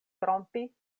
trompi